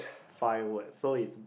five words so is